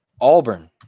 Auburn